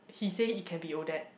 he say it can be Odette